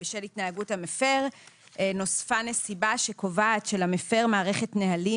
בשל התנהגות המפר נוספה נסיבה שקובעת שלמפר מערכת נהלים